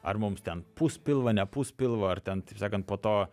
ar mums ten pūs pilvą nepūs pilvo ar ten taip sakant po to